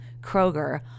Kroger